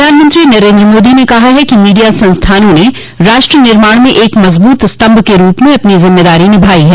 प्रधानमंत्री नरेन्द्र मोदी ने कहा है कि मीडिया संस्थानों ने राष्ट्र निर्माण में एक मजबूत स्तम्भ के रूप में अपनी जिम्मेदारी निभाई है